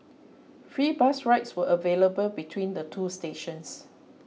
free bus rides were available between the two stations